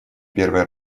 первые